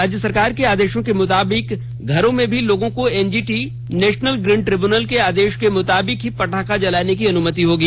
राज्य सरकार के आदेश के मुताबिक घरों में भी लोगों को एनजीटी नेशनल ग्रीन ट्रिब्यूनल के आदेश के मुताबिक ही पटाखे जलाने की अनुमति होगी